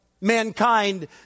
mankind